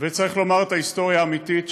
וצריך לומר את ההיסטוריה האמיתית,